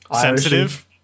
sensitive